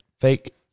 fake